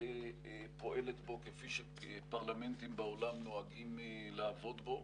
לא מספיק פועלת בו כפי שפרלמנטים בעולם נוהגים לעבוד בו.